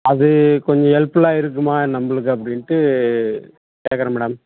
அது கொஞ்சம் ஹெல்ப்ஃபுல்லாக இருக்குமா நம்மளுக்கு அப்படின்ட்டு கேக்கிறேன் மேடம்